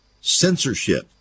censorship